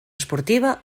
esportiva